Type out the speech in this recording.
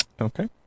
Okay